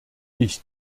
ich